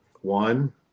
One